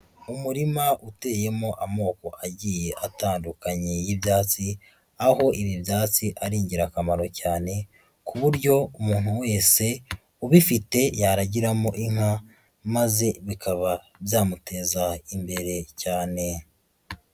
Umurima uteyemo amoko agiye atandukanye y'ibyatsi, aho ibi byatsi ari ingirakamaro cyane, ku buryo umuntu wese ubifite yaragiramo inka, maze bikaba byamuteza imbere cyane.